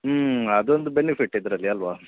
ಹ್ಞೂ ಅದೊಂದು ಬೆನಿಫಿಟ್ ಇದರಲ್ಲಿ ಅಲ್ವ